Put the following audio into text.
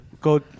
Go